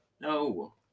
no